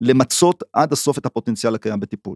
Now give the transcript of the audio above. למצות עד הסוף את הפוטנציאל הקיים בטיפול.